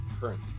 current